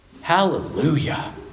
Hallelujah